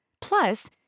Plus